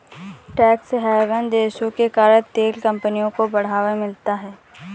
tax haven देशों के कारण तेल कंपनियों को बढ़ावा मिलता है